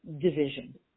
division